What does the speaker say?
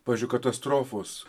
pavyzdžiui katastrofos